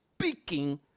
speaking